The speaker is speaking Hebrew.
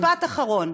משפט אחרון.